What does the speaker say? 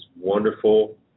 wonderful